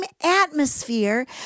atmosphere